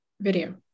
video